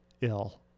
ill